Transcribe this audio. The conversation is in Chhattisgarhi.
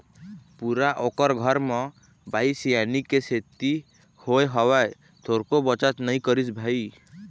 पूरा ओखर घर म बाई सियानी के सेती होय हवय, थोरको बचत नई करिस भई